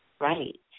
Right